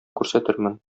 күрсәтермен